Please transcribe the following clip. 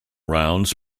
rounds